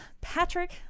patrick